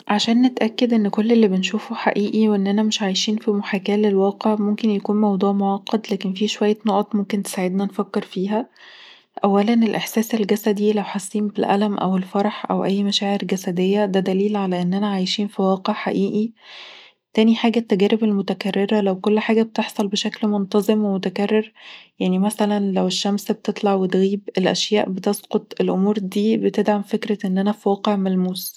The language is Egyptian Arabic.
عشان نتأكد ان كل اللي بنشوفه حقيقي وأننا مش عايشين في محاكاة للواقع ممكن يكون موضوع معقد. لكن فيه شوية نقط ممكن تساعدنا نفكر فيها، اولا الإحساس الجسدي لو حاسين بالألم أو الفرح أو أي مشاعر جسدية، ده دليل على إننا عايشين في واقع حقيقي، تاني حاجه التجارب المتكررة لو كل حاجة بتحصل بشكل منتظم ومتكرر، يعني مثلاً الشمس لو بتطلع وتغيب، الأشياء بتسقط، الأمور دي بتدعم فكرة إننا في واقع ملموس